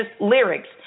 lyrics